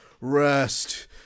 rest